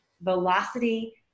velocity